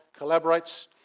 collaborates